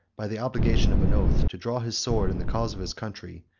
by the obligation of an oath, to draw his sword in the cause of his country,